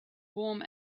warm